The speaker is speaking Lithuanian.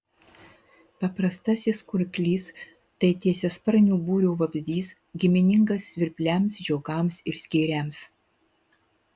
paprastasis kurklys tai tiesiasparnių būrio vabzdys giminingas svirpliams žiogams ir skėriams